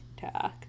talk